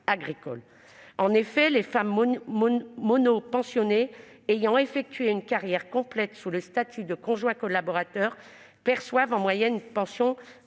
En effet, les femmes monopensionnées ayant effectué une carrière complète sous le statut de conjoint collaborateur perçoivent en moyenne une pension